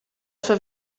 sua